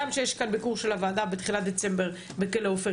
גם על כך שיש ביקור של הוועדה בתחילת דצמבר בכלא "עופר"